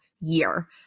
year